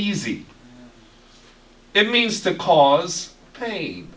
easy it means to cause pain